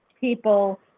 people